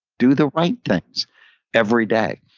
do the right things every day.